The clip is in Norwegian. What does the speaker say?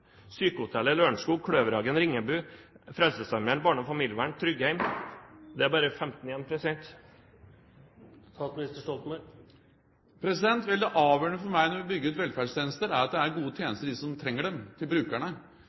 Kløverhagen i Ringebu, Frelsesarmeens barne- og familievern, Tryggheim – det er bare 15 igjen, president. Det avgjørende for meg når vi bygger ut velferdstjenester, er at det er gode tjenester til dem som trenger dem, brukerne.